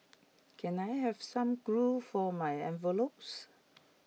can I have some glue for my envelopes